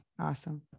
Awesome